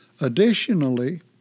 Additionally